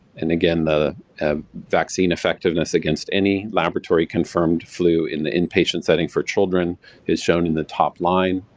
and again, the vaccine effectiveness against any laboratory-confirmed flu in the inpatient setting for children is shown in the top line,